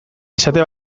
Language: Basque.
esate